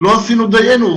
לא עשינו דיינו.